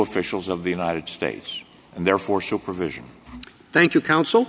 officials of the united states and therefore supervision thank you counsel